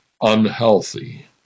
unhealthy